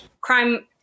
crime